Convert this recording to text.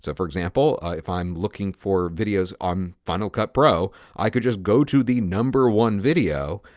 so for example, if i am looking for videos on final cut pro i could just go to the number one video,